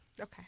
Okay